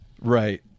right